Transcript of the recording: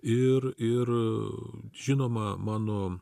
ir ir žinoma mano